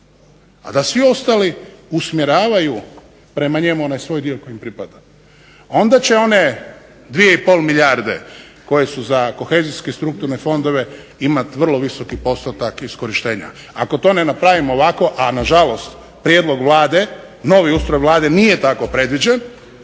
a da svi ostali usmjeravaju prema njemu onaj svoj dio koji im pripada. Onda će one 2,5 milijarde koje su za kohezijske i strukturne fondove imati vrlo visoki postotak iskorištenja. Ako to ne napravimo ovako, a nažalost prijedlog Vlade, novi ustroj Vlade nije tako predviđen